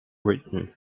written